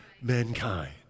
mankind